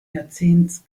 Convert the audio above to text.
jahrzehnts